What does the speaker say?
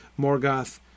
Morgoth